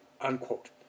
unquote